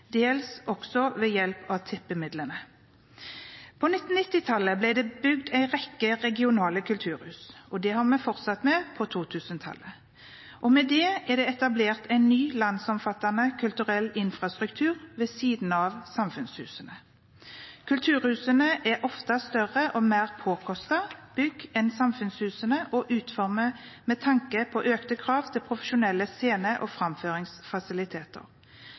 dels også ved hjelp av tippemidlene. På 1990-tallet ble det bygd en rekke regionale kulturhus, og det har fortsatt på 2000-tallet. Med det er det etablert en ny landsomfattende kulturell infrastruktur ved siden av samfunnshusene. Kulturhusene er ofte større og mer påkostede bygg enn samfunnshusene og utformet med tanke på økte krav til profesjonelle scene- og framføringsfasiliteter.